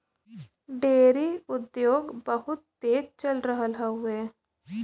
dairy उद्योग बहुत तेज चल रहल हउवे